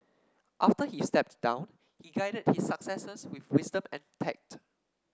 after he stepped down he guided his successors with wisdom and tact